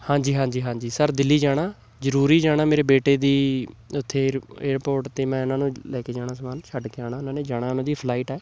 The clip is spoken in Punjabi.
ਹਾਂਜੀ ਹਾਂਜੀ ਹਾਂਜੀ ਸਰ ਦਿੱਲੀ ਜਾਣਾ ਜ਼ਰੂਰੀ ਜਾਣਾ ਮੇਰੇ ਬੇਟੇ ਦੀ ਉੱਥੇ ਏਰ ਏਅਰਪੋਰਟ 'ਤੇ ਮੈਂ ਉਹਨਾਂ ਨੂੰ ਲੈ ਕੇ ਜਾਣਾ ਸਮਾਨ ਛੱਡ ਕੇ ਆਉਣਾ ਉਹਨਾਂ ਨੇ ਜਾਣਾ ਉਹਨਾਂ ਦੀ ਫਲਾਈਟ ਹੈ